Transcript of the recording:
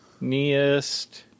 Neist